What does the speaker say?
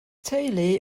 teulu